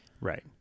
Right